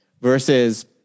versus